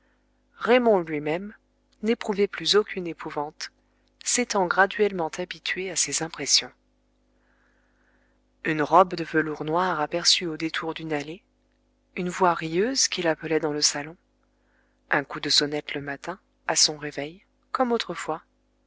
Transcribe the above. raymond lui-même n'éprouvait plus aucune épouvante s'étant graduellement habitué à ces impressions une robe de velours noir aperçu au détour d'une allée une voix rieuse qui l'appelait dans le salon un coup de sonnette le matin à son réveil comme autrefois